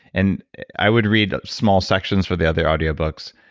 and i would read the small sections for the other audio books,